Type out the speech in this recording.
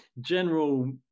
general